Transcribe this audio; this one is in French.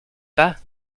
pas